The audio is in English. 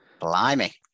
Blimey